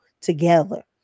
together